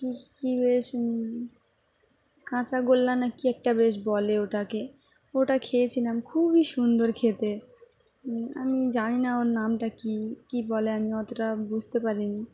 কী কী বেশ কাঁচাগোল্লা না কী একটা বেশ বলে ওটাকে ওটা খেয়েছিলাম খুবই সুন্দর খেতে আমি জানি না ওর নামটা কী কী বলে আমি অতটা বুঝতে পারিনি